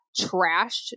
trashed